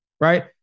right